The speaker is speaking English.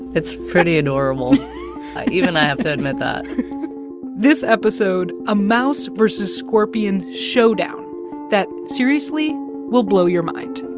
it's pretty adorable even i have to admit that this episode a mouse versus scorpion showdown that seriously will blow your mind.